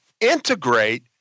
integrate